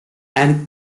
and